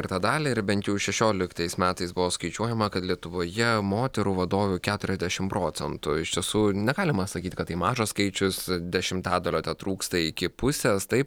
ir tą dalį ir bent jau šešioliktais metais buvo skaičiuojama kad lietuvoje moterų vadovių keturiasdešim procentų iš tiesų negalima sakyti kad tai mažas skaičius dešimtadalio tetrūksta iki pusės taip